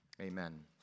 Amen